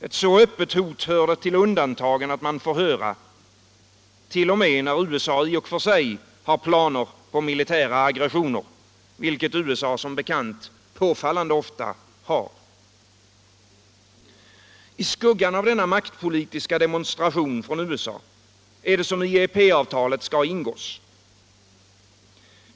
Ett så öppet hot hör det till undantagen att man får höra, t.o.m. när USA i och för sig har planer på militära aggressioner, vilket USA som bekant påfallande ofta har. I skuggan av denna maktpolitiska demonstration från USA skall IEP avtalet ingås.